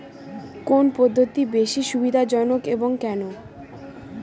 কোন পদ্ধতি বেশি সুবিধাজনক এবং কেন?